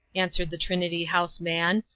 answered the trinity house man,